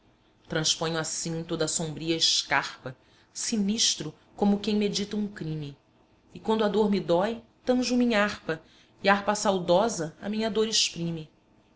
transponho assim toda a sombria escarpa sinistro como quem medita um crime e quando a dor me dói tanjo minha harpa e a harpa saudosa a minha dor exprime